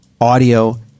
audio